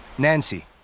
Nancy